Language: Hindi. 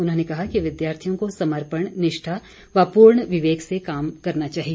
उन्होंने कहा कि विद्यार्थियों को समर्पण निष्ठा व पूर्ण विवेक से काम करना चाहिए